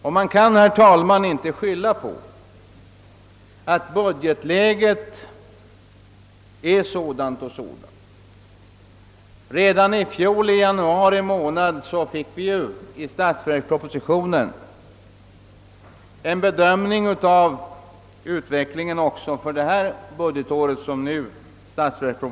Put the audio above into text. Och här kan man inte bara skylla på budgetläget, ty redan i januari månad i fjol lämnades i statsverkspropositionen en bedömning av utvecklingen också för det budgetår som vi nu diskuterar.